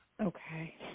Okay